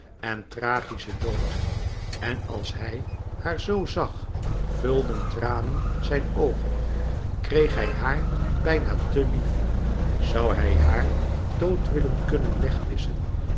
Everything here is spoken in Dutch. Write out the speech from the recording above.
en tragischen dood en als hij haar zoo zag vulden tranen zijn oogen kreeg hij haar bijna te lief zoû hij haar dood willen kunnen